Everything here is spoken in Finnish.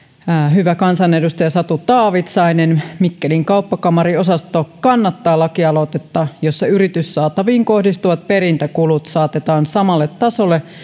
hyvä kansanedustaja satu taavitsainen mikkelin kauppakamariosasto kannattaa laki aloitetta jossa yrityssaataviin kohdistuvat perintäkulut saatetaan samalle tasolle